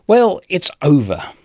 well, it's over.